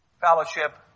fellowship